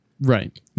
Right